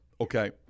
Okay